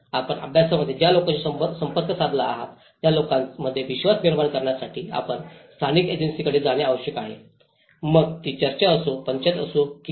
आपण अभ्यासामध्ये ज्या लोकांशी संपर्क साधत आहात त्या लोकांमध्ये विश्वास निर्माण करण्यासाठी आपण स्थानिक एजन्सीकडे जाणे आवश्यक आहे मग ती चर्च असो पंचायत असो की काही